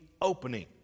opening